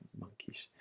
monkeys